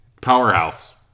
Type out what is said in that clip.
powerhouse